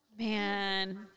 Man